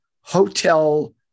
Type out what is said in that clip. hotel